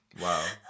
Wow